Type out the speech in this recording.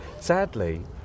sadly